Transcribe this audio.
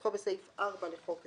כנוסחו בסעיף 4 לחוק זה,